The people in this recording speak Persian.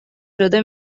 شده